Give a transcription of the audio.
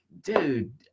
dude